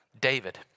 David